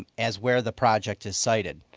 as where the project is cited.